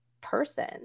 person